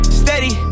steady